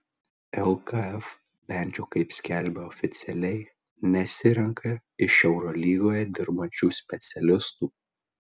lkf bent jau kaip skelbia oficialiai nesirenka iš eurolygoje dirbančių specialistų